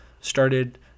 started